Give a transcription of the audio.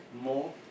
more